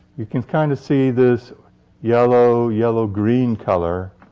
you can kind of see this yellow, yellow-green, color,